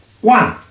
One